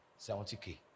70K